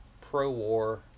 pro-war